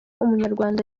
umunyarwanda